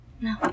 no